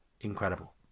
incredible